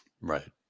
Right